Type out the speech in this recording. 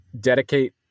dedicate